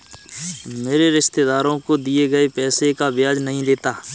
मैं रिश्तेदारों को दिए गए पैसे का ब्याज नहीं लेता